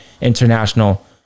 international